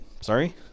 sorry